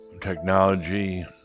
Technology